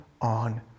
on